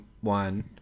one